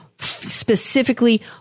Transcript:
Specifically